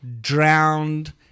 drowned